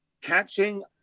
catching